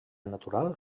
natural